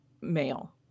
male